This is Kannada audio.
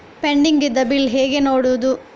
ಪೆಂಡಿಂಗ್ ಇದ್ದ ಬಿಲ್ ಹೇಗೆ ನೋಡುವುದು?